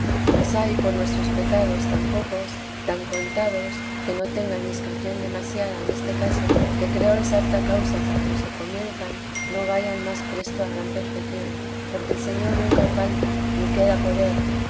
mas hay por nuestros pecados tan pocos tan contados que no tengan discreción demasiada en este caso que creo es harta causa para los que comienzan no vayan más presto a gran perfección porque el señor nunca falta ni queda por él